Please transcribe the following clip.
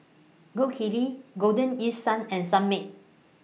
Gold Kili Golden East Sun and Sunmaid